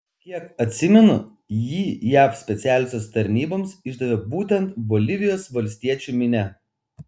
kiek atsimenu jį jav specialiosioms tarnyboms išdavė būtent bolivijos valstiečių minia